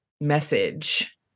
message